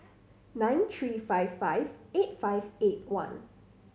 nine three five five eight five eight one